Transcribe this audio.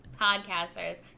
podcasters